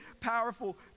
powerful